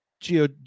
Geo